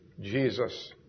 Jesus